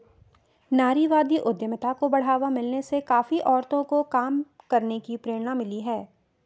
नारीवादी उद्यमिता को बढ़ावा मिलने से काफी औरतों को काम करने की प्रेरणा मिली है